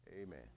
Amen